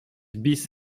bis